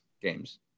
games